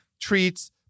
treats